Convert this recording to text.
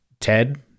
Ted